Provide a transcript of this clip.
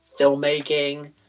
filmmaking